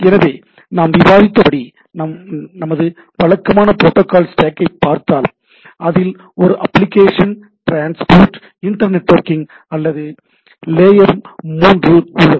எனவே நாம் விவாதித்தபடி நமது வழக்கமான புரோட்டோகால் ஸ்டேக்கைப் பார்த்தால் அதில் ஒரு அப்ளிகேஷன் டிரான்ஸ்போர்ட் இன்டர்நெட்வொர்க்கிங் அல்லது லேயர் மூன்று உள்ளது